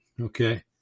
Okay